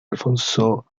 alfonso